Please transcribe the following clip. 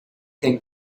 think